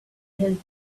had